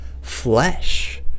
flesh